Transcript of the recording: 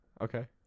Okay